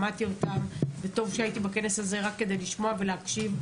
שמעתי אותם וטוב שהייתי בכנס הזה רק כדי לשמוע ולהקשיב.